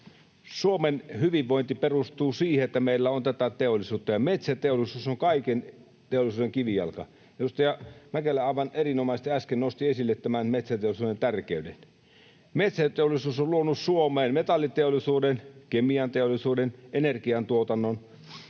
Suomen hyvinvointi perustuu siihen, että meillä on tätä teollisuutta, ja metsäteollisuus on kaiken teollisuuden kivijalka. Edustaja Mäkelä aivan erinomaisesti äsken nosti esille tämän metsäteollisuuden tärkeyden. Metsäteollisuus on luonut Suomeen metalliteollisuuden, kemianteollisuuden, energiantuotannon